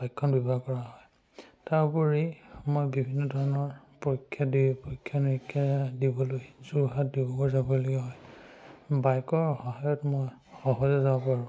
বাইকখন ব্যৱহাৰ কৰা হয় তাৰ উপৰি মই বিভিন্ন ধৰণৰ পৰীক্ষা দি পৰীক্ষা নিৰাক্ষা দিবলৈ যোৰহাট ডিব্ৰুগড় যাবলগীয়া হয় বাইকৰ সহায়ত মই সহজে যাব পাৰোঁ